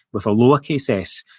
with a lowercase s,